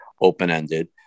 open-ended